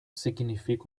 significa